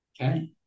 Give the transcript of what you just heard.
okay